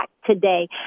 today